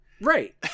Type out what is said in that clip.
Right